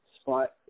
spot